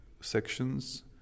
sections